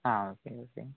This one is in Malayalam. ആ ഓക്കേ ഓക്കേ